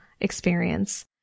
experience